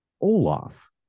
olaf